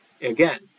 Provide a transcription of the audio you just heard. again